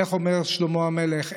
איך אומר שלמה המלך?